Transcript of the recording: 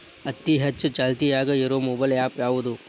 ಅತಿ ಹೆಚ್ಚ ಚಾಲ್ತಿಯಾಗ ಇರು ಮೊಬೈಲ್ ಆ್ಯಪ್ ಯಾವುದು?